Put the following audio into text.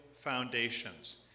foundations